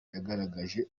yagaragaje